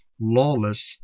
lawless